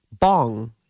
bong